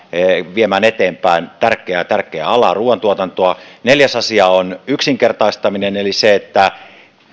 viemään eteenpäin tärkeää tärkeää alaa ruoantuotantoa neljäs asia on yksinkertaistaminen eli se että